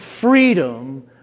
freedom